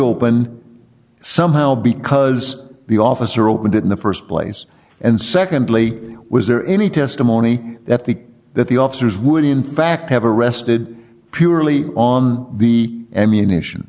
open somehow because the officer opened it in the st place and secondly was there any testimony that the that the officers would in fact have arrested purely on the ammunition